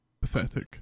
Pathetic